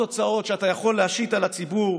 הוצאות שאתה יכול להשית על הציבור,